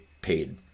paid